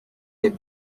des